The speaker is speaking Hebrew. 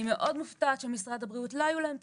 אני מאוד מופתעת שמשרד הבריאות לא היו להם את